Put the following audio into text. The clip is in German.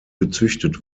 gezüchtet